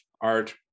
art